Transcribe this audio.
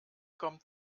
kommt